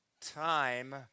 time